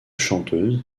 chanteuse